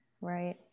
Right